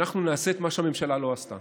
אנחנו נעשה את מה שהממשלה לא עשתה.